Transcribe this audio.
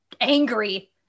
angry